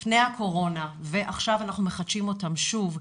לפני הקורונה ועכשיו אנחנו מחדשים אותם שוב,